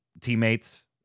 teammates